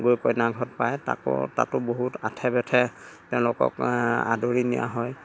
গৈ কইনা ঘৰত পায় তাকো তাতো বহুত আথে বেথে তেওঁলোকক আদৰি নিয়া হয়